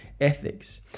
ethics